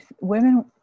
women